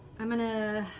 i'm going to